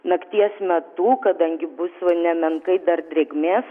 nakties metu kadangi bus nemenkai dar drėgmės